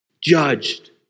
judged